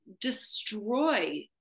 destroy